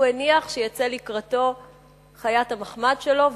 הוא הניח שתצא לקראתו חיית המחמד שלו,